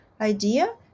idea